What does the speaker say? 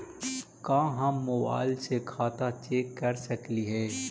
का हम मोबाईल से खाता चेक कर सकली हे?